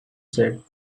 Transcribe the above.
said